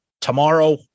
Tomorrow